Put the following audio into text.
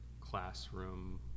classroom